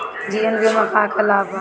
जीवन बीमा के का लाभ बा?